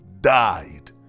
died